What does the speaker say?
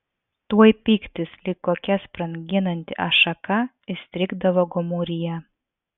tuoj pyktis lyg kokia spranginanti ašaka įstrigdavo gomuryje